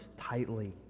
tightly